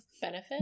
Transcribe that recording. benefit